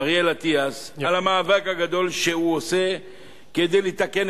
אריאל אטיאס על המאבק הגדול שהוא עושה כדי לתקן